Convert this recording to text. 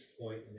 point